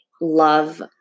love